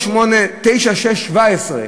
פ/3896/17,